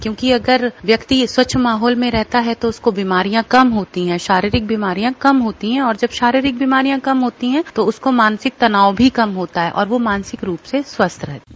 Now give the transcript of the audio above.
क्योंकि अगर व्यक्ति स्वच्छ माहौल में रहता है तो उसको बीमारियां कम होती है शारीरिक बीमारियां कम होती है और जब सारी बीमारियां कम होती है तो उसको मानसिक तनाव भी कम होता है और वह मानसिक रूप से स्वस्थ रहता है